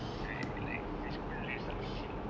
like like my school rest no chill